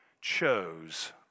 chose